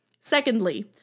secondly